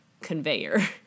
conveyor